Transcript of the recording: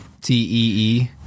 T-E-E